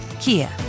Kia